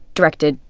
directed,